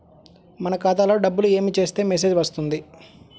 మన ఖాతాలో డబ్బులు ఏమి చేస్తే మెసేజ్ వస్తుంది?